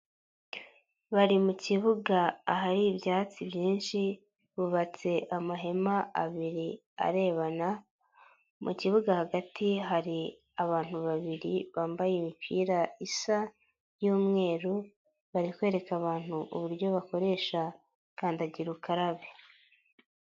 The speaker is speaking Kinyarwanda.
Bari mu kibuga ahari ibyatsi byinshi, bubatse amahema abiri arebana, mu kibuga hagati hari abantu babiri bambaye imipira isa y'umweru, bari kwereka abantu uburyo bakoresha kandagira ukarabe.